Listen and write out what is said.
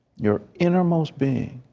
your innermost being.